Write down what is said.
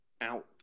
out